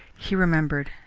he remembered,